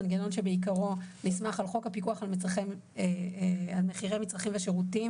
מנגנון שבעיקרו נסמך על חוק הפיקוח על מחירי מצרכים ושירותים